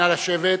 נא לשבת.